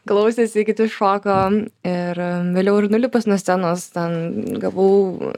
glaustėsi kiti šoko ir vėliau ir nulipus nuo scenos ten gavau